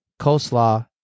coleslaw